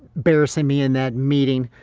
embarrassing me in that meeting.